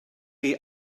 chi